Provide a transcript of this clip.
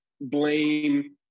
blame